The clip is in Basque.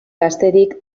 gaztedik